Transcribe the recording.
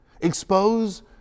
Expose